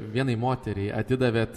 vienai moteriai atidavėt